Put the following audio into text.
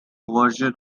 version